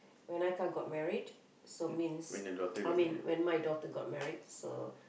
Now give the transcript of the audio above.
when Aika got married so means I mean when my daughter got married so